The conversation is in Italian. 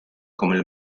come